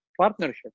partnership